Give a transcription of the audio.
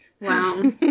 Wow